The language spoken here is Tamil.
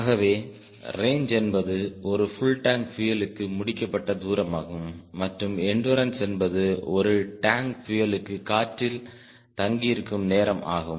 ஆகவே ரேஞ்ச் என்பது ஒரு ஃபுள் டேங்க் பியூயலுக்கு முடிக்கப்பட்ட தூரமாகும் மற்றும் எண்டுரன்ஸ் என்பது இது ஒரு டேங்க் பியூயலுக்கு காற்றில் தங்கியிருக்கும் நேரம் ஆகும்